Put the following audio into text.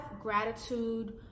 gratitude